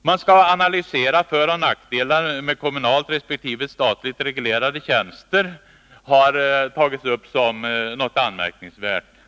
Man skall analysera föroch nackdelar med kommunalt resp. statligt reglerade tjänster. Det har tagits upp som något anmärkningsvärt.